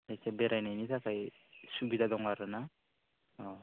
जायखिजाया बेरायनायनि थाखाय सुबिदा दं आरो ना अ